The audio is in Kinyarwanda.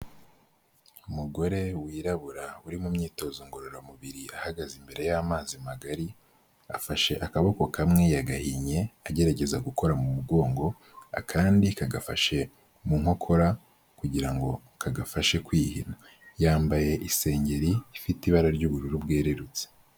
Umugore wirabura uri mu myitozo ngororamubiri, ahagaze imbere y'amazi magari, afashe akaboko kamwe yagahinnye agerageza gukora mu mugongo, akandi kagafashe mu nkokora, kugira ngo kagafashe kwihina. Yambaye isengeri ifite ibara ry'ubururu bwererutse.